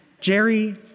Jerry